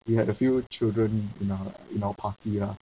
you had a few children in our in our party lah